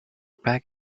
pack